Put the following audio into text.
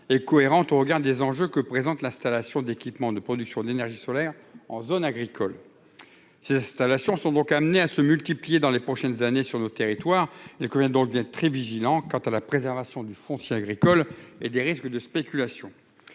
et cohérente au regard des enjeux que présente l'installation d'équipements de production d'énergie solaire en zone agricole, ces installations sont donc amenés à se multiplier dans les prochaines années sur notre territoire, il convient donc d'être très vigilants quant à la préservation du foncier agricole et des risques de spéculation